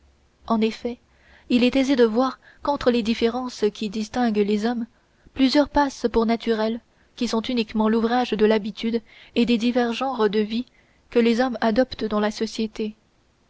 en effet il est aisé de voir qu'entre les différences qui distinguent les hommes plusieurs passent pour naturelles qui sont uniquement l'ouvrage de l'habitude et des divers genres de vie que les hommes adoptent dans la société